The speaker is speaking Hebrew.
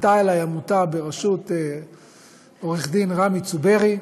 פנתה אלי עמותה בראשות עורך דין רמי צוברי,